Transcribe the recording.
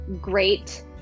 great